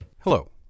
Hello